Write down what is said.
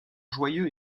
joyeux